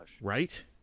Right